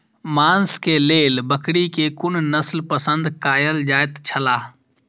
मांस के लेल बकरी के कुन नस्ल पसंद कायल जायत छला?